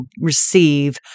receive